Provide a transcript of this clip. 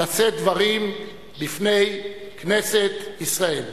לשאת דברים בפני כנסת ישראל.